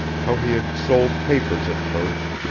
how he had sold papers at first,